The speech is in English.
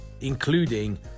including